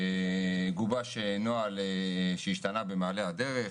גובש נוהל שהשתנה במעלה הדרך,